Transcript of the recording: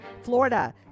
Florida